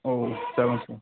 औ जागोन सार